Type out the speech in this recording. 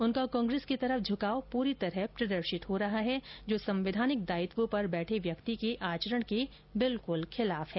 उनका कांग्रेस की तरफ झुकाव पूरी तरह प्रदर्शित हो रहा है जो संवैधानिक दायित्व पर बैठे व्यक्ति के आचरण के बिल्कुल खिलाफ है